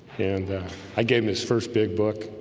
and i gave him his first big book.